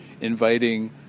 inviting